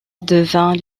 devint